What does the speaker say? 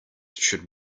should